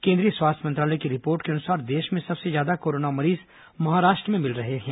केंद्रीय स्वास्थ्य मंत्रालय की रिपोर्ट के अनुसार देश में सबसे ज्यादा कोरोना मरीज महाराष्ट्र में मिल रहे है